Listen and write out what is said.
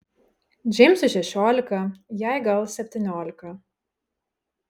džeimsui šešiolika jai gal septyniolika